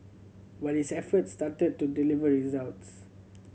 but his efforts started to deliver results